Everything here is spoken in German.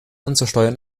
anzusteuern